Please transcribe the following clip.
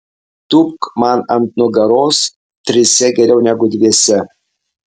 tūpk man ant nugaros trise geriau negu dviese